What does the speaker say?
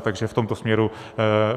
Takže v tomto směru